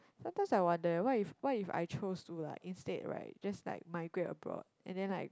sometimes I wonder why if why if I choose to like instead right just like migrate abroad and then like